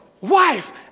wife